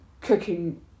cooking